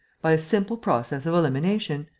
by a simple process of elimination.